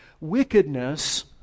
Wickedness